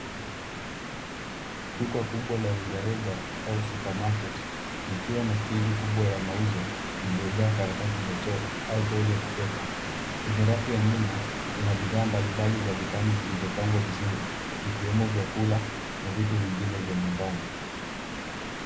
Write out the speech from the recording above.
Duka kubwa la rejareja au supermarket likiwa na stendi kubwa ya mauzo iliyojaa karatasi za choo au toilet paper . Kwenye rafu ya nyuma kuna bidhaa mbalimbali za dukani zilizopangwa vizuri ikiwemo vyakula na vitu vingine vya nyumbani.